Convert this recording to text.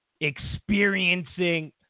experiencing